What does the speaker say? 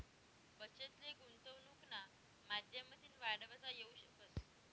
बचत ले गुंतवनुकना माध्यमतीन वाढवता येवू शकस